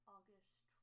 August